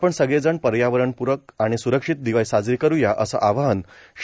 आपण सगळेजण पर्यावरणप्रक आणि सुरक्षीत दिवाळी साजरी करुया अस आवाहन श्री